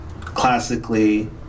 classically